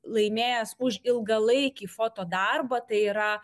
laimėjęs už ilgalaikį fotodarbą taip toliau